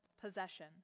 possession